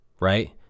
Right